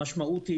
המשמעות היא